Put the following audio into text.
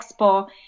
expo